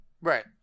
right